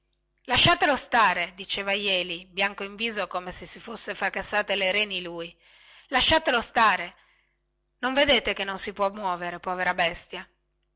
lasciatelo stare diceva jeli bianco in viso come se si fosse fracassate le reni lui lasciatelo stare non vedete che non si può muovere povera bestia